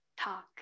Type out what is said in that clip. talk